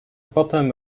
potem